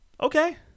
okay